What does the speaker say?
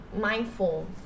mindful